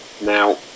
Now